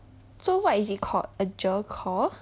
so what is it called a GER core